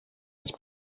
his